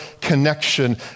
connection